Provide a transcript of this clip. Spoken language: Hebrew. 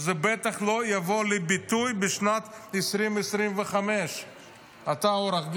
זה בטח לא יבוא לידי ביטוי בשנת 2025. אתה עורך דין,